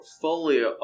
portfolio